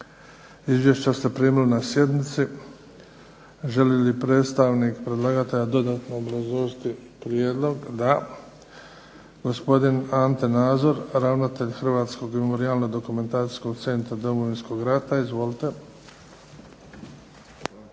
Izvješća ste primili na sjednici. Želi li predstavnik predlagatelja dodatno obrazložiti prijedlog? Da. Gospodin Ante Nazor, ravnatelj Hrvatskog memorijalno-dokumentacijskog centra Domovinskog rata. Izvolite.